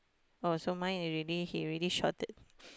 oh so mine already he already shouted